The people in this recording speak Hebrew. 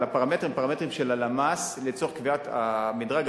על הפרמטרים של הלמ"ס לצורך קביעת המדרג הסוציו-אקונומי,